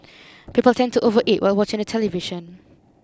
people tend to overeat while watching the television